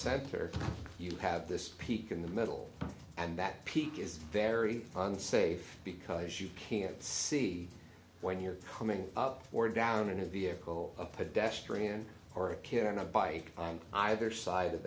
center you have this peak in the middle and that peak is very unsafe because you can't see when you're coming up or down in a vehicle a pedestrian or a kid on a bike on either side of